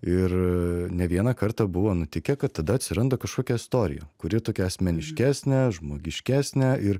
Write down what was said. ir ne vieną kartą buvo nutikę kad tada atsiranda kažkokia istorija kuri tokia asmeniškesnė žmogiškesnė ir